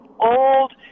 old